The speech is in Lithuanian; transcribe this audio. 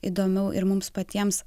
įdomiau ir mums patiems